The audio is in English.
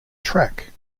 track